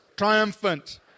triumphant